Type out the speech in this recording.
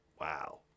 Wow